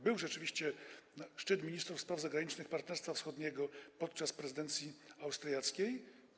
Był rzeczywiście szczyt ministrów spraw zagranicznych Partnerstwa Wschodniego podczas prezydencji austriackiej.